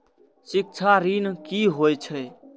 शिक्षा ऋण की होय छै?